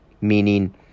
meaning